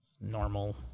normal